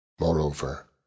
Moreover